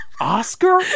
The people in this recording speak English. Oscar